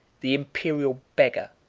the imperial beggar,